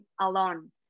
alone